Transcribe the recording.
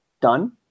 done